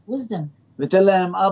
Wisdom